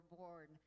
born